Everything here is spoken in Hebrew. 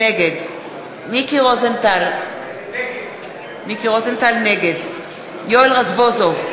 נגד מיקי רוזנטל, נגד יואל רזבוזוב,